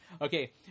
okay